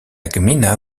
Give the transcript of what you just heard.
gmina